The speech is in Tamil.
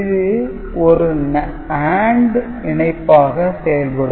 இது ஒரு AND இணைப்பாக செயல்படும்